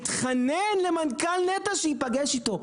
מתחנן למנכ"ל נת"ע שייפגש איתו.